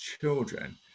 children